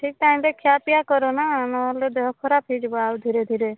ଠିକ୍ ଟାଇମ୍ରେ ଖିଆ ପିଆ କରନା ନହେଲେ ଦେହ ଖରାପ ହେଇଯିବ ଆଉ ଧୀରେ ଧୀରେ